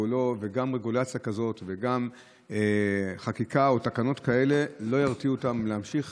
וגם רגולציה כזאת וגם חקיקה או תקנות כאלה לא ירתיעו אותם מלהמשיך